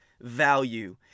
value